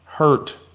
Hurt